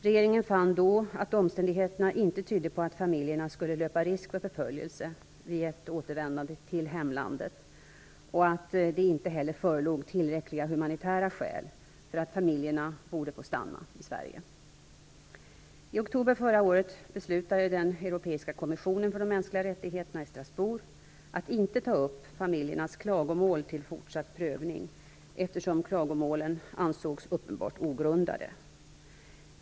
Regeringen fann då att omständigheterna inte tydde på att familjerna skulle löpa risk för förföljelse vid ett återvändande till hemlandet och att det inte heller förelåg tillräckliga humanitära skäl för att familjerna borde få stanna i I oktober förra året beslutade den europeiska kommissionen för de mänskliga rättigheterna i Strasbourg att inte ta upp familjernas klagomål till fortsatt prövning, eftersom klagomålen ansågs uppenbart ogrundade.